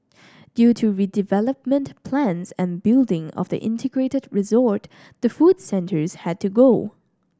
due to redevelopment plans and building of the integrated resort the food centres had to go